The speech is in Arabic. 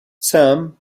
سام